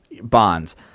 bonds